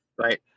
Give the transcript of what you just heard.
Right